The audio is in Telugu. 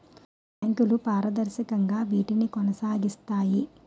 బ్యాంకులు పారదర్శకంగా వీటిని కొనసాగిస్తాయి